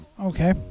okay